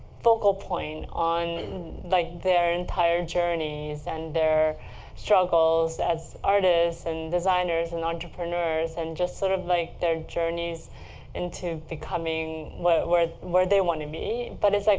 focal point on like their entire journeys and their struggles as artists, and designers, and entrepreneurs. and just sort of, like, their journeys into becoming where where they want to be. but it's, like,